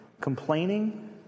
complaining